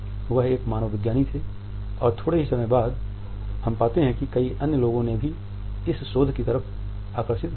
वह एक मानवविज्ञानी थे और थोड़े ही समय बाद हम पाते हैं कि कई अन्य लोग भी इस शोध की तरफ आकर्षित हो गए